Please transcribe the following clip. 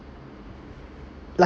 like